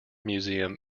museum